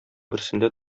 берсендә